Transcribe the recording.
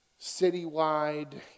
citywide